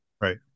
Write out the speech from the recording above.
Right